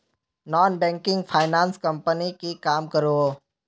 Non banking finance company की काम करोहो?